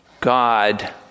God